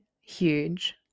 huge